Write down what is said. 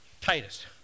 Titus